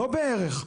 לא בערך,